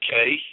Okay